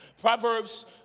Proverbs